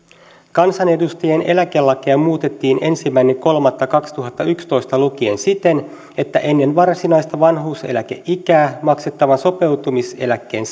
kansanedustajien eläkelakia muutettiin ensimmäinen kolmatta kaksituhattayksitoista lukien siten että ennen varsinaista vanhuuseläkeikää maksettavan sopeutumiseläkkeen